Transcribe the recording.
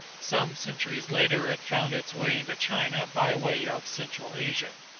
some centuries later it found its way into china by way of central asia.